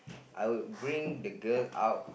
I would bring the girl out